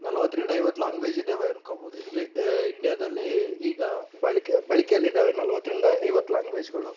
ನಲ್ವತ್ತರಿಂದ ಐವತ್ತು ಲಾಂಗ್ವೇಜ್ ಇದ್ದಾವೆ ಅಂದ್ಕೊಬೋದು ಈಗ ಇಂಡಿಯಾದಲ್ಲಿ ಈಗ ಬಾಳಿಕೆ ಬಳಕೆಯಲ್ಲಿ ಇದ್ದಾವೆ ನಲವತ್ತರಿಂದ ಐವತ್ತು ಲಾಂಗ್ವೇಜ್ಗಳು